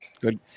good